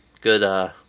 good